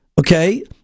okay